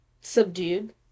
Subdued